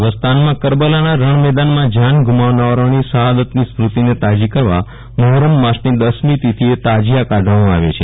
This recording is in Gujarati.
અરબસ્તાનમાં કરબલાના રણમેદાનમાં જાન ગુમાવનારાઓની સહદાતની સ્મૃતિને તાજી કરવા મહોરમ માસની દસમી તિથીએ તાજીયા કાઢવામાં આવે છે